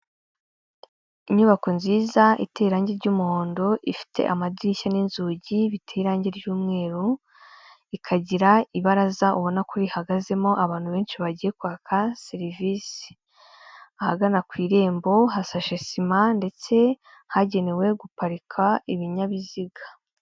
Inyubako nziza itera irangi ry'umuhondo, ifite amadirishya n'inzugi, biteye irangi ry'umweru, ikagira ibaraza ubona ko rihagazemo abantu benshi bagiye kwaka serivisi. Ahagana ku irembo hasashe sima, ndetse hagenewe guparika ibinyabiziga.